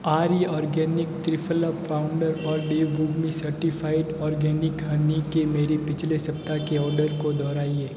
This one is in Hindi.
आर्य ऑर्गेनिक त्रिफला पाउनडर और देवभूमि सर्टिफाइड ऑर्गेनिक हनी के मेरे पिछले सप्ताह के ऑर्डर को दोहराइए